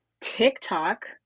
TikTok